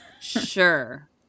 Sure